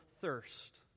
thirst